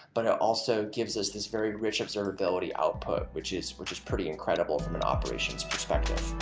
but it also gives us this very rich observability output, which is which is pretty incredible from an operations perspective.